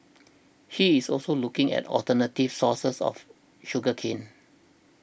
he is also looking at alternative sources of sugar cane